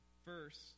First